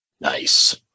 Nice